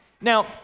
Now